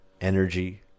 energy